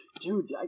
dude